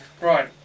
Right